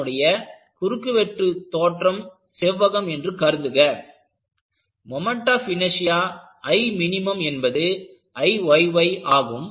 அதனுடைய குறுக்குவெட்டு தோற்றம் செவ்வகம் என்று கருதுக மொமெண்ட் ஆப் இனெர்ஷியா Iminஎன்பது Iyy ஆகும்